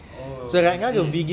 oh is it